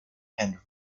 hand